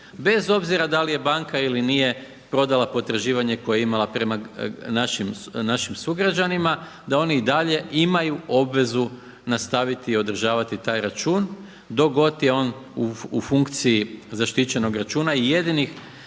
bez obzira da li je banka ili nije prodala potraživanje koje je imala prema našim sugrađanima da oni i dalje imaju obvezu nastaviti i održavati taj račun dok god je on u funkciji zaštićenog računa i jedini